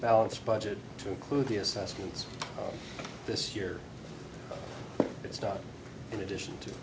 balanced budget to include the assessments this year it's done in addition to